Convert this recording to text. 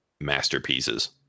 masterpieces